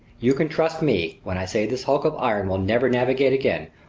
you can trust me when i say this hunk of iron will never navigate again,